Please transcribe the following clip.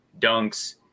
dunks